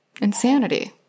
insanity